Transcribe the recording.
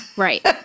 Right